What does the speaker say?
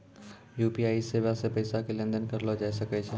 UPI सेबा से पैसा के लेन देन करलो जाय सकै छै